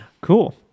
Cool